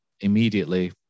immediately